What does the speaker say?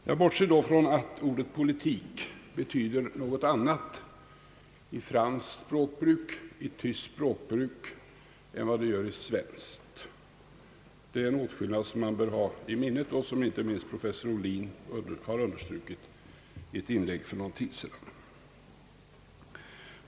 Jag bortser då från att ordet politik betyder något annat i franskt och tyskt språkbruk än det gör i svenskt. Det är en åtskillnad, som man bör ha i minnet och som inte minst professor Ohlin har understrukit i ett inlägg för någon tid sedan.